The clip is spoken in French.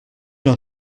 d’un